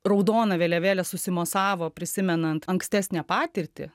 raudona vėliavėlė susimosavo prisimenant ankstesnę patirtį